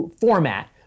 format